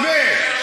באמת.